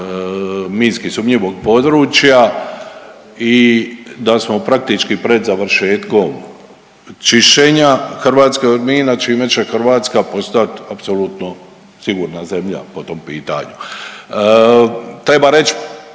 minski sumnjivog područja i da smo praktički pred završetkom čišćenja Hrvatske od mina čime će Hrvatska postat apsolutno sigurna zemlja po tom pitanju. Treba reć